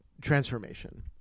transformation